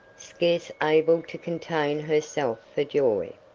scarce able to contain herself for joy.